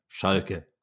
Schalke